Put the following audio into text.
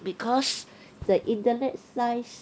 because the internet size